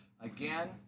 again